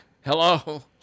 Hello